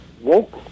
Woke